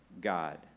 God